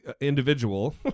individual